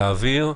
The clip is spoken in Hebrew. לאוויר,